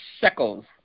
shekels